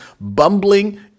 bumbling